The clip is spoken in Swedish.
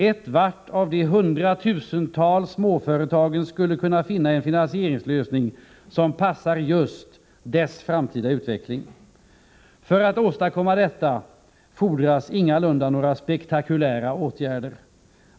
Ett vart av de 100 000-tals småföretagen skall kunna finna en finansieringslösning som passar just dess framtida utveckling. För att åstadkomma detta erfordras ingalunda några stora spektakulära åtgärder.